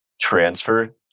transfer